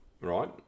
right